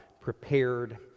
prepared